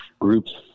groups